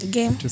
Game